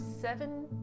seven